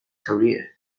career